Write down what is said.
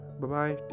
bye-bye